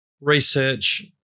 research